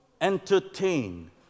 entertain